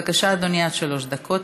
בבקשה, אדוני, עד שלוש דקות.